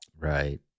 Right